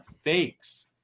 Fakes